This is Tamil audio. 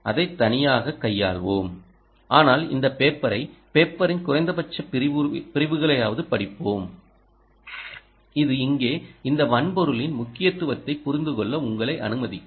அதைத் தனியாகக் கையாள்வோம் ஆனால் இந்த பேப்பரை பேப்பரின் குறைந்தபட்ச பிரிவுகளையாவது படிப்போம் இது இங்கே இந்த வன்பொருளின் முக்கியத்துவத்தைப் புரிந்துகொள்ள உங்களை அனுமதிக்கும்